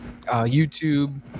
YouTube